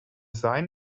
sign